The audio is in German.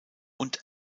und